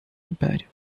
império